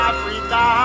Africa